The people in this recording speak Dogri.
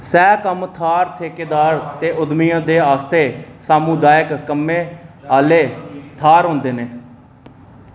सैह् कम्म थाह्र ठेकेदार ते उद्यमियें दे आस्तै सामुदायक कम्में आह्ले थाह्र होंदे न